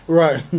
right